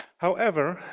however,